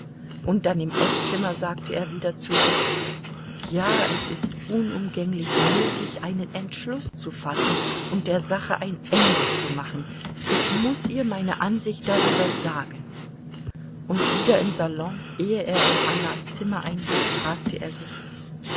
und dann im eßzimmer sagte er wieder zu sich ja es ist unumgänglich nötig einen entschluß zu fassen und der sache ein ende zu machen ich muß ihr meine ansicht darüber sagen und wieder im salon ehe er in annas zimmer einbog fragte er sich